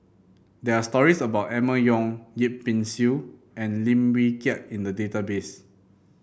there are stories about Emma Yong Yip Pin Xiu and Lim Wee Kiak in the database